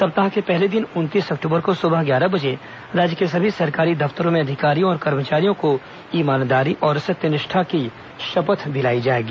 सप्ताह के पहले दिन उनतीस अक्टूबर को सुबह ग्यारह बजे राज्य के सभी सरकार दफ्तरों में अधिकारियों और कर्मचारियों को ईमानदारी और सत्यनिष्ठा की शपथ दिलाई जाएगी